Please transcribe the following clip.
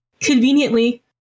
conveniently